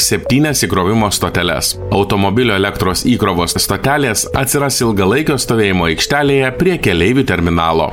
septynias įkrovimo stoteles automobilio elektros įkrovos stotelės atsiras ilgalaikio stovėjimo aikštelėje prie keleivių terminalo